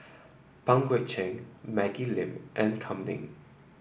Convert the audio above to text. Pang Guek Cheng Maggie Lim and Kam Ning